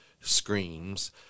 screams